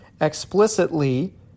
explicitly